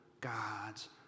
God's